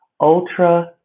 ultra